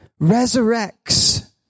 resurrects